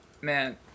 Man